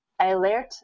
Alert